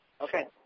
Okay